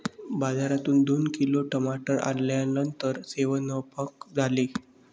बाजारातून दोन किलो टमाटर आणल्यानंतर सेवन्पाक झाले